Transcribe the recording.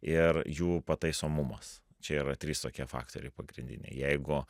ir jų pataisomumas čia yra trys tokie faktoriai pagrindiniai jeigu